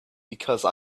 because